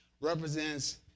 represents